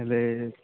ହେଲେ